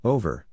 Over